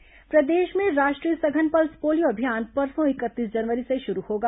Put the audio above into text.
pulse polio अभियान प्रदेश में राष्ट्रीय सघन पल्स पोलियो अभियान परसों इकतीस जनवरी से शुरू होगा